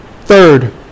Third